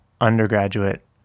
undergraduate